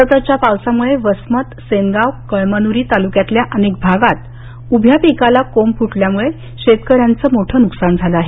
सततच्या पावसामुळे वसमत सेनगाव कळमनुरी तालुक्यातल्या अनेक भागात उभ्या पिकाला कोंब फुटल्यामुळे शेतकऱ्यांच मोठ नुकसान झालं आहे